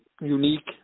unique